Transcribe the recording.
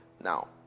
Now